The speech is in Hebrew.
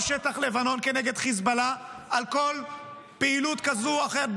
שטח לבנון כנגד חיזבאללה על כל פעילות כזו או אחרת,